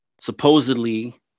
Supposedly